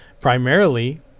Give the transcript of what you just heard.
primarily